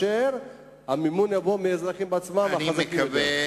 והמימון יבוא מהאזרחים החזקים יותר.